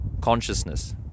consciousness